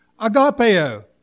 agapeo